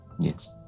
Yes